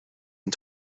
and